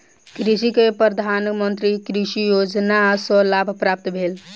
कृषक के प्रधान मंत्री किसान योजना सॅ लाभ प्राप्त भेल